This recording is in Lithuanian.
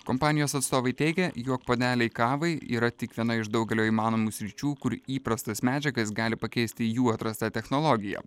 kompanijos atstovai teigia jog puodeliai kavai yra tik viena iš daugelio įmanomų sričių kur įprastas medžiagas gali pakeisti jų atrasta technologija